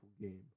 game